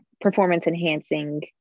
performance-enhancing